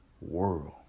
world